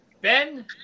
Ben